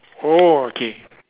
oh okay